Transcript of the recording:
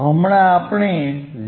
હમણાં આપણે 0